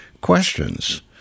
questions